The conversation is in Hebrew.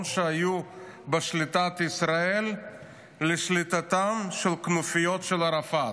שהיו בשליטת ישראל לשליטתם של כנופיות של ערפאת,